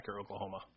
Oklahoma